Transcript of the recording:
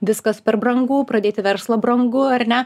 viskas per brangu pradėti verslą brangu ar ne